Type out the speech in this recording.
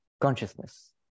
consciousness